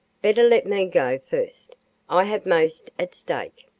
better let me go first i have most at stake.